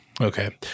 Okay